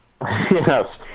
Yes